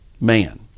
man